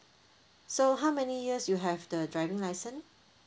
so how many years you have the driving license